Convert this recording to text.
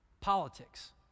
politics